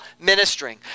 ministering